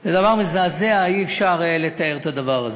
זה דבר מזעזע, אי-אפשר לתאר את הדבר הזה.